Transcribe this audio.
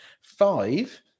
five